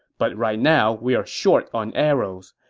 but right now, we are short on arrows.